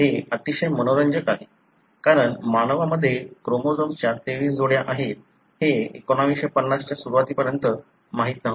हे अतिशय मनोरंजक आहे कारण मानवांमध्ये क्रोमोझोम्सच्या 23 जोड्या आहेत हे 1950 च्या सुरुवातीपर्यंत माहित नव्हते